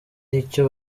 icyo